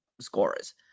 scorers